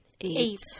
Eight